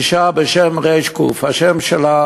אישה בשם ר"ק, השם שלה